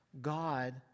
God